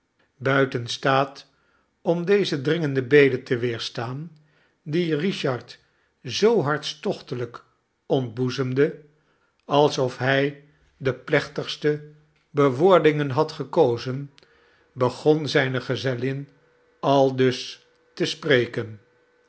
buiten staat om deze dringende bede te weerstaan die richard zoo hartstochtelijk ontboezemde alsof hij de plechtigste bewoordingen had gekozen begon zijne gezellin aldus te spreken